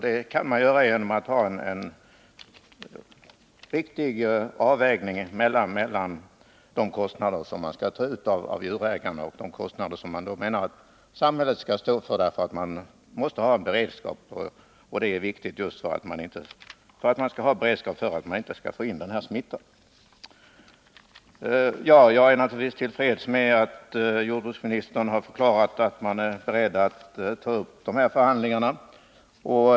Det kan man göra genom att ta en riktig avvägning mellan de kostnader man skall ta ut av djurägarna och de Nr 110 kostnader man menar med att samhället skall stå för, för att man måste ha en beredskap. Det är viktigt att ha beredskap för att vi inte skall få in denna smitta. Jag är naturligtvis till freds med att jordbruksministern har förklarat att man är beredd ta upp dessa förhandlingar.